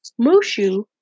Mushu